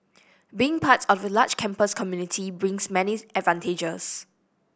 being part of a large campus community brings many advantages